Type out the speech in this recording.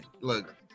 look